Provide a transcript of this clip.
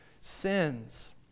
sins